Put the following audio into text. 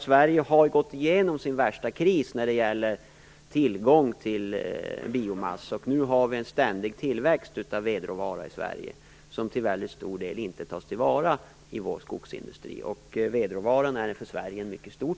Sverige har också gått igenom sin värsta kris när det gäller tillgång till biomassa. Nu har vi en ständig tillväxt av vedråvara i Sverige, som till väldigt stor del inte tas till vara i vår skogsindustri. Vedråvaran är för Sverige en mycket stor